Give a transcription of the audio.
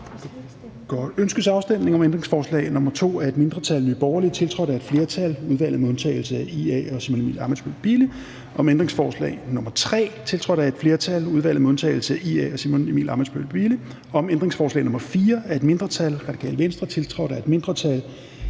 Ønskes afstemning om ændringsforslag nr. 2 af et mindretal (NB), tiltrådt af et flertal (udvalget med undtagelse af IA og Simon Emil Ammitzbøll-Bille (UFG)), om ændringsforslag nr. 3, tiltrådt af et flertal (udvalget med undtagelse af IA og Simon Emil Ammitzbøll-Bille (UFG)), om ændringsforslag nr. 4 af et mindretal (RV), tiltrådt af et mindretal